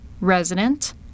Resident